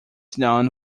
known